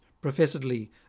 professedly